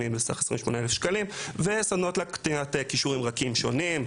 על סך 28,000 שקלים וסדנאות להקניית כישורים שונים.